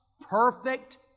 perfect